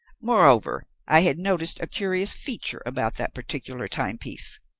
moreover, i had noticed a curious feature about that particular timepiece.